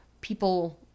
People